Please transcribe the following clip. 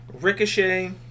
Ricochet